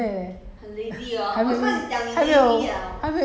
我要找一个运动可是